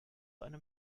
einem